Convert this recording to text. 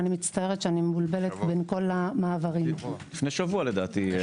לפני שבוע לדעתי.